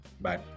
Bye